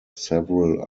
several